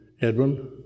edwin